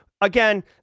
Again